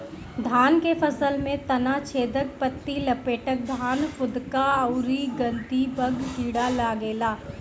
धान के फसल में तना छेदक, पत्ति लपेटक, धान फुदका अउरी गंधीबग कीड़ा लागेला